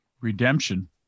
Redemption